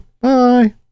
Bye